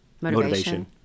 motivation